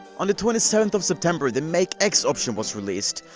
on the twenty seventh of september the make x option was released,